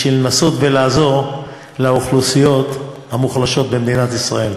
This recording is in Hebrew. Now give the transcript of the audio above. כדי לנסות לעזור לאוכלוסיות המוחלשות במדינת ישראל.